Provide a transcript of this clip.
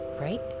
right